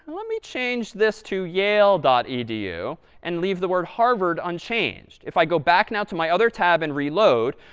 let me change this to yale dot edu and leave the word harvard unchanged? if i go back now to my other tab and reload,